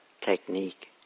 technique